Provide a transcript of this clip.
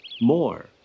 more